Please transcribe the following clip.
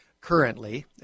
currently